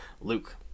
Luke